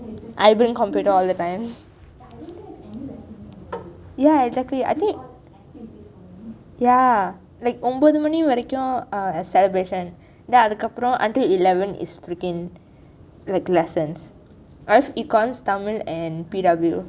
I bring computer all the time ya exactly is all activities for me ya like ஒன்பது மணி வரைக்கும்:onpathu mani varaikum celebration then அதற்கு அப்ரம்:atharku apram until eleven is freaking like lessons I have econs tamil and P_W